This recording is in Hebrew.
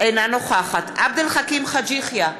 אינה נוכחת עבד אל חכים חאג' יחיא,